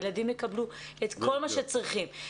הילדים יקבלו את כל מה שצריך.